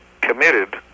committed